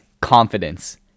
confidence